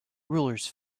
rulers